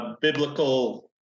biblical